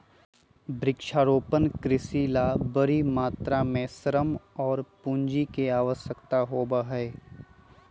वृक्षारोपण कृषि ला बड़ी मात्रा में श्रम और पूंजी के आवश्यकता होबा हई